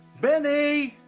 bennie!